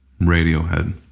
Radiohead